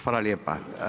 Hvala lijepa.